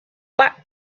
back